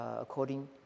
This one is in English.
according